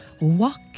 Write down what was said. walk